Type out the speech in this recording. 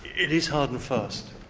it is hard and fast.